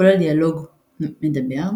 כולל דיאלוג מדבר,